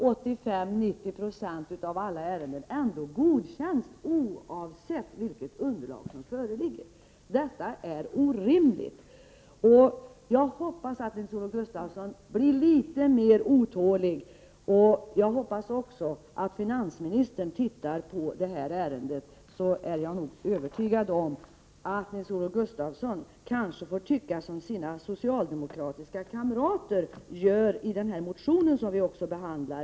85-90 96 av ärendena godkänns ändå oavsett vilket underlag som föreligger. Detta är orimligt! Jag hoppas att Nils-Olof Gustafsson kommer att bli litet mera otålig och att finansministern skall se över detta ärende. Jag är övertygad om att Nils-Olof id Gustafsson nog får tycka som hans socialdemokratiska kamrater gör i den motion som vi nu behandlar.